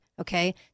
Okay